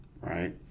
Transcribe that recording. right